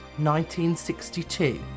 1962